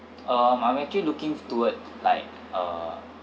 um I'm actually looking toward like uh